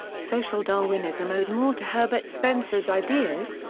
social darwinism owed more to herbert spencer's ideas,